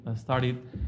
started